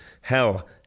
Hell